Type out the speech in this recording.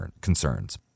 concerns